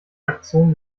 aktion